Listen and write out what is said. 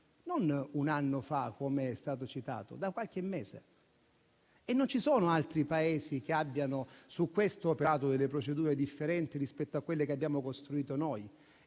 non un anno fa, come è stato detto, ma da qualche mese. Non ci sono altri Paesi che su questo abbiano operato delle procedure differenti rispetto a quelle che abbiamo costruito noi.